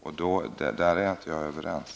Där är vi inte överens.